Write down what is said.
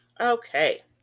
Okay